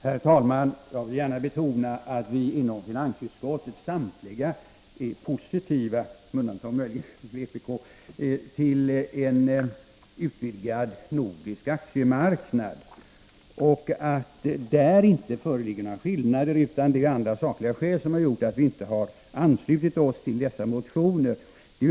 Herr talman! Jag vill gärna betona att vi inom finansutskottet samtliga är positiva — med undantag möjligen för vpk — till en utvidgad nordisk aktiemarknad och att där inte föreligger några skillnader. Det är andra sakliga skäl som har gjort att vi inte har anslutit oss till dessa motioner.